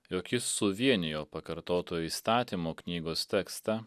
jog jis suvienijo pakartoto įstatymo knygos tekstą